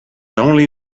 only